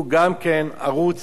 שמשדר גם חינוך,